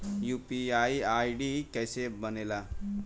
UPI ID कैसे बनेला?